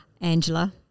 Angela